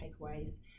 takeaways